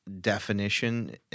definition